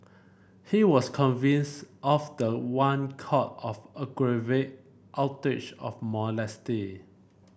he was convicted of the one count of aggravate outrage of modesty